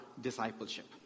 discipleship